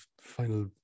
final